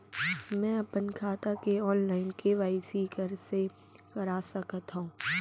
मैं अपन खाता के ऑनलाइन के.वाई.सी कइसे करा सकत हव?